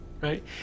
right